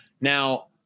Now